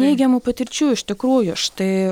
neigiamų patirčių iš tikrųjų štai